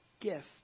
gift